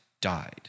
died